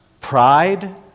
pride